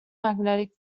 magnetic